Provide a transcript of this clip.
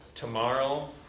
tomorrow